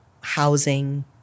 housing